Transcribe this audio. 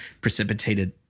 precipitated